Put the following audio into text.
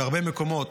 בהרבה מקומות,